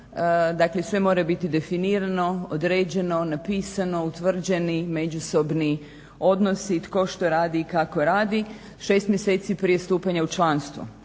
dakle sve mora biti definirano, određeno, napisano, utvrđeni međusobni odnosi tko što radi i kako radi 6 mjeseci prije stupanja u članstvo.